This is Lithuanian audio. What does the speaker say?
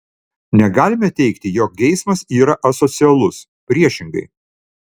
negalime teigti jog geismas yra asocialus priešingai